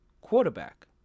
quarterback